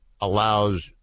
allows